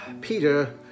Peter